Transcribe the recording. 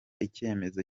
icyemezo